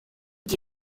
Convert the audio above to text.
dit